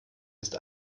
ist